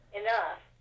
enough